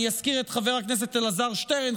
אני אזכיר את חבר הכנסת אלעזר שטרן,